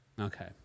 Okay